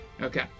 Okay